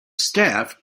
staff